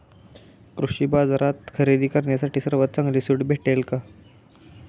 कृषी बाजारात खरेदी करण्यासाठी सर्वात चांगली सूट भेटेल का?